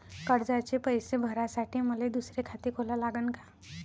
कर्जाचे पैसे भरासाठी मले दुसरे खाते खोला लागन का?